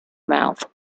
mouth